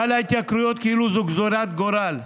גל ההתייקרויות, כאילו זו גזרת גורל.